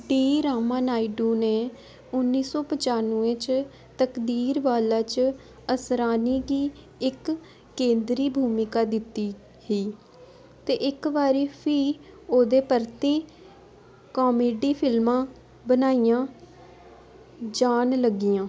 D Ramanaidu ने उन्नी सौ पचानुऐ च 'तकदीरवाला' च असरानी गी इक केंद्री भूमिका दित्ती ही ते इक बारी फ्ही ओह्दे प्रति कामेडी फिल्मां बनाइयां जान लग्गियां